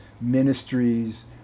ministries